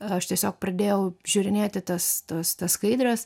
aš tiesiog pradėjau žiūrinėti tas tas tas skaidres